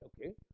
Okay